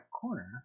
corner